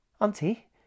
Auntie